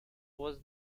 was